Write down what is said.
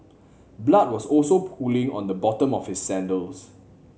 blood was also pooling on the bottom of his sandals